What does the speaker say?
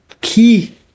key